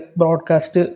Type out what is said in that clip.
broadcast